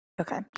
Okay